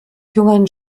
jungen